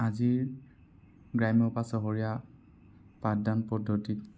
আজিৰ গ্ৰাম্য বা চহৰীয়া পাঠদান পদ্ধতিত